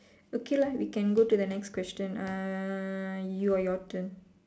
okay lah we can go to the next question ah you your turn